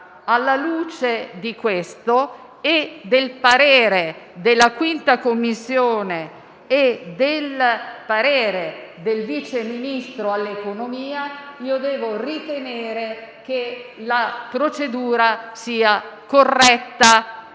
Alla luce di questo, del parere della 5a Commissione e del parere del Vice Ministro dell'economia e delle finanze, io devo ritenere che la procedura sia corretta.